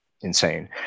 insane